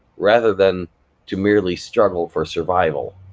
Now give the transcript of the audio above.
rather than to merely struggle for survival.